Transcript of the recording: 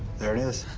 there it is.